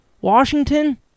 Washington